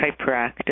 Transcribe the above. hyperactive